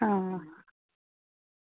आं